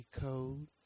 code